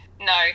no